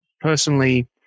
Personally